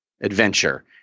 adventure